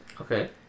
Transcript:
okay